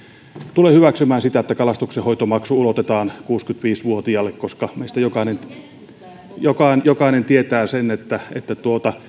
tule hyväksymään sitä että kalastonhoitomaksu ulotetaan kuusikymmentäviisi vuotiaille koska meistä jokainen tietää sen että että